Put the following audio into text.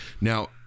now